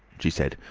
she said,